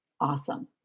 awesome